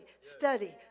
study